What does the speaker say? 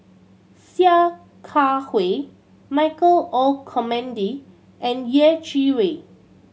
Sia Kah Hui Michael Olcomendy and Yeh Chi Wei